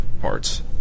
parts